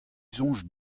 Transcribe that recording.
soñj